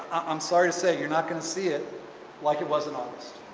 i'm sorry to say you're not going to see it like it was in august.